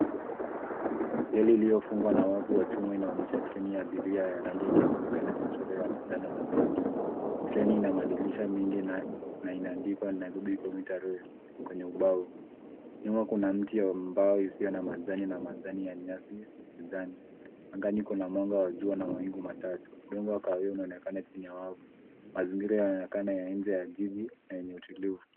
Reli ilyofungwa na wavu wa chuma inaonyesha treni ya abiria ya rangi nyeupe na michoro ya manjano na pingi. Treni ina madirisha mengi na inaandikwa Nairobi Commuter Rail, kwenye ubao. Nyuma kuna mti au mbao isiyo na majani na majani ya nyasi uwanjani. Angani kuna mwanga wa jua na mawingu machache. Udongo wa kahawia unaonekana chini ya wavu. Mazingira yanaonekana ya nje ya jiji na yenye utulivu.